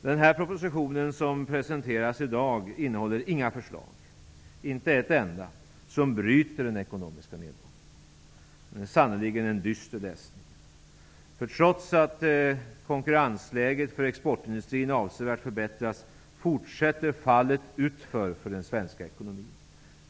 Den proposition som presenteras i dag innehåller inte ett enda förslag som bryter den ekonomiska nedgången. Det är sannerligen en dyster läsning. Trots att konkurrensläget för exportindustrin har förbättrats avsevärt fortsätter fallet utför för den svenska ekonomin.